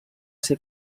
ser